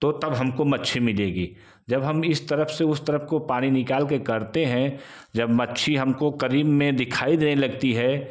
तो तब हम को मच्छी मिलेगी जब हम इस तरफ़ से उस तरफ़ को पानी निकाल के करते हैं जब मच्छी हम को करीम में दिखाई देने लगती है